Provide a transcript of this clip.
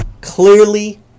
clearly